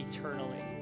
Eternally